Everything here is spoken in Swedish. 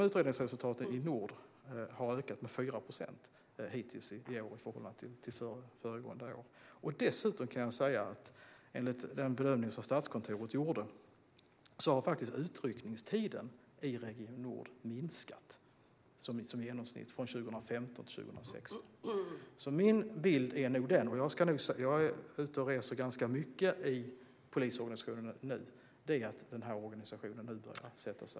Utredningsresultaten i Region nord har ökat med 4 procent hittills i år i förhållande till föregående år. Dessutom kan jag säga att enligt den bedömning som Statskontoret gjorde har den genomsnittliga utryckningstiden i Region nord minskat från 2015 till 2016. Min bild är nog den - och jag är ute och reser ganska mycket i polisorganisationen nu - att omorganisationen nu börjar sätta sig.